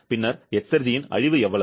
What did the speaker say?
பின்னர் எஸ்ர்ஜி அழிவு எவ்வளவு